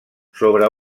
sobre